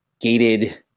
gated